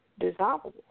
dissolvable